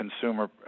consumer